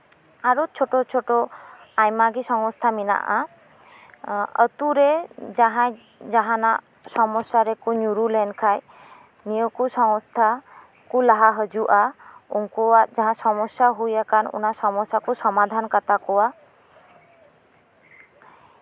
ᱟᱨᱚ ᱪᱷᱳᱴᱳᱼᱪᱷᱳᱴᱳ ᱟᱭᱢᱟ ᱜᱮ ᱥᱚᱝᱚᱥᱛᱷᱟ ᱢᱮᱱᱟᱜᱼᱟ ᱮᱸᱜ ᱟᱛᱳ ᱨᱮ ᱡᱟᱦᱟᱸᱭ ᱡᱟᱦᱟᱱᱟᱜ ᱥᱚᱢᱚᱥᱥᱟ ᱨᱮᱠᱚ ᱧᱩᱨᱩ ᱞᱮᱱ ᱠᱷᱟᱡ ᱱᱤᱭᱟᱹ ᱠᱩ ᱥᱚᱝᱚᱥᱛᱷᱟ ᱠᱩ ᱞᱟᱦᱟ ᱦᱤᱡᱩᱜᱼᱟ ᱩᱱᱠᱩᱣᱟᱜ ᱡᱟᱦᱟᱸ ᱥᱚᱢᱚᱥᱥᱟ ᱠᱚ ᱦᱩᱭᱟᱠᱟᱱ ᱚᱱᱟ ᱥᱚᱢᱚᱥᱥᱟ ᱠᱚ ᱥᱚᱢᱟᱫᱷᱟᱱ ᱠᱟᱛᱟ ᱠᱚᱣᱟ